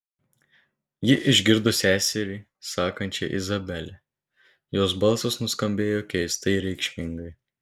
ji išgirdo seserį sakančią izabele jos balsas nuskambėjo keistai reikšmingai